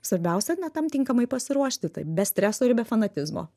svarbiausia na tam tinkamai pasiruošti taip be streso ir be fanatizmo